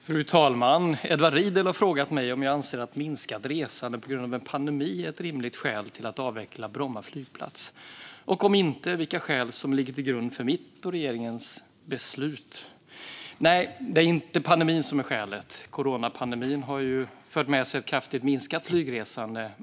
Fru talman! Edward Riedl har frågat mig om jag anser att minskat resande på grund av en pandemi är ett rimligt skäl till att avveckla Bromma flygplats och, om inte, vilka skäl som ligger till grund för mitt och regeringens beslut. Nej, det är inte pandemin som är skälet. Coronapandemin har fört med sig ett kraftigt minskat flygresande.